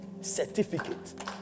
certificate